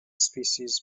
species